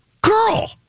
girl